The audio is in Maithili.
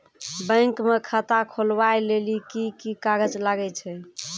बैंक म खाता खोलवाय लेली की की कागज लागै छै?